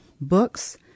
Books